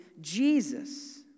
Jesus